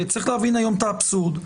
צריך להבין את האבסורד היום.